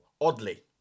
oddly